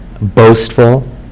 boastful